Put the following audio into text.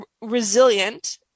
resilient